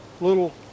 little